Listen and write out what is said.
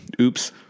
Oops